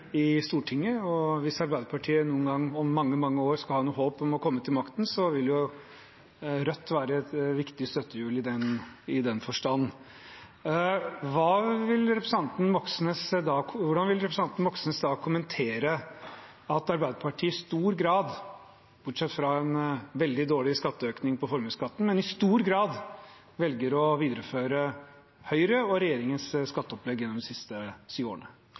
i Stortinget. Hvis Arbeiderpartiet noen gang – om mange, mange år – skal ha noe håp om å komme til makten, vil Rødt være et viktig støttehjul i den forstand. Hvordan vil representanten Moxnes da kommentere at Arbeiderpartiet i stor grad – bortsett fra en veldig dårlig økning av formuesskatten – velger å videreføre Høyre og regjeringens skatteopplegg gjennom de siste sju årene?